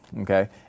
okay